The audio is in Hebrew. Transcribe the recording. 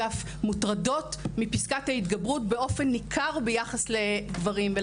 ואף מוטרדות בפסקת ההתגברות באופן ניכר ביחס לגברים.